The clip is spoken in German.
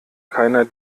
keiner